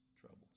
troubles